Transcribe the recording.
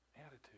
attitude